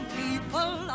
people